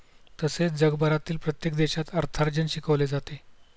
तसेच जगभरातील प्रत्येक देशात अर्थार्जन शिकवले जाते